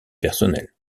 personnel